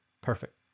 Perfect